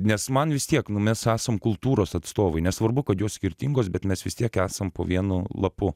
nes man vis tiek nu mes esam kultūros atstovai nesvarbu kad jos skirtingos bet mes vis tiek esam po vienu lapu